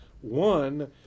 One